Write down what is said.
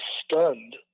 stunned